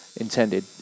intended